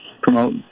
promote